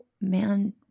man